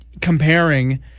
comparing